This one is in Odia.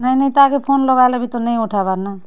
ନାଇଁ ନାଇଁ ତାକେ ଫୋନ୍ ଲଗାଲେ ବି ତ ନାଇଁ ଉଠାବାର୍ ନା